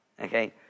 okay